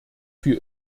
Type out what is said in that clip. für